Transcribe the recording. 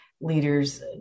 leaders